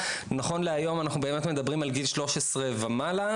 נכון להיום אנחנו באמת מדברים על גיל שלוש עשרה ומעלה,